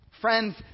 Friends